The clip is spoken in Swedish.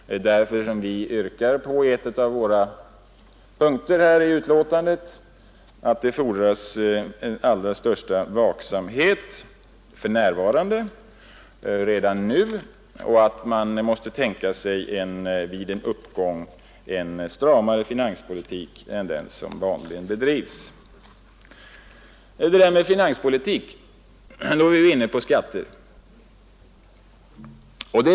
Det är därför som vi i en av punkterna i vår reservation till betänkandet framhåller att det redan nu fordras den allra största vaksamhet och att man vid en uppgång måste tänka sig en stramare finanspolitik än den som vanligen bedrivs. När man talar om finanspolitik kommer man in på skatter.